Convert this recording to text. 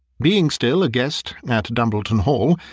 being still a guest at dumbleton hall,